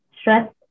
stress